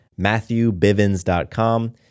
MatthewBivens.com